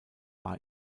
war